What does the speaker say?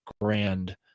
grand